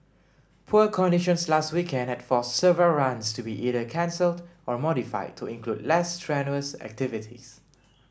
poor conditions last weekend had forced several runs to be either cancelled or modified to include less strenuous activities